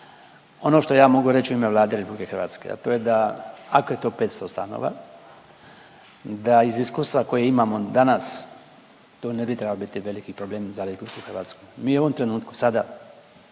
Ono što ja mogu reći u ime Vlade Republike Hrvatske, a to je da ako je to 500 stanova, da iz iskustva koje imamo danas to ne bi trebao biti veliki problem za Republiku Hrvatsku. Mi u ovom trenutku sada